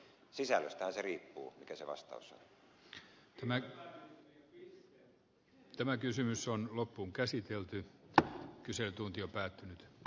eli sisällöstähän se riippuu mikä se vastaus on loppuun käsiteltynä kyselytunti päättynyt c